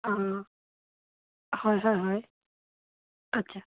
অ' হয় হয় হয় আচ্ছা